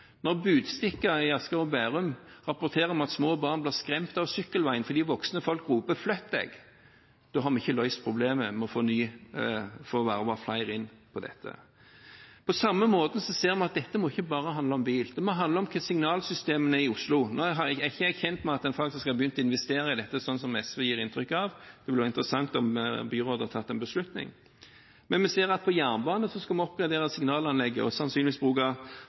Når Budstikka i Asker og Bærum rapporterer om at små barn blir skremt av sykkelveien fordi voksne folk roper «Flytt deg!», har vi ikke løst problemet med å få vervet flere inn i dette. På samme måte ser vi at dette må ikke bare handle om bil. Det må handle om hva slags signalsystemer en har i Oslo. Nå er ikke jeg kjent med at en faktisk har begynt å investere i dette, slik SV gir inntrykk av. Det ville være interessant om byrådet har tatt en beslutning. Men vi ser at på jernbanen skal vi oppgradere signalanlegget og sannsynligvis